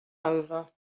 over